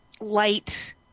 light